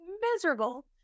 miserable